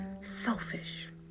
selfish